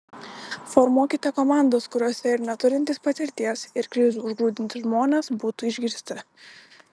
formuokite komandas kuriose ir neturintys patirties ir krizių užgrūdinti žmonės būtų išgirsti